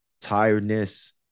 tiredness